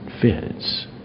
fits